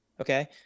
Okay